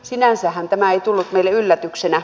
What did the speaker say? sinänsähän tämä ei tullut meille yllätyksenä